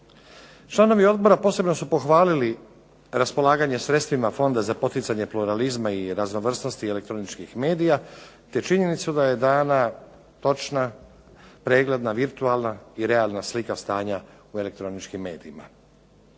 Članovi odbora posebno su pohvalili raspolaganje sredstvima Fonda za poticanje pluralizma i raznovrsnosti elektroničkih medija, te činjenicu da je dana točna, pregledna, virtualna i realna slika stanja u elektroničkim medijima.